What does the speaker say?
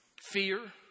fear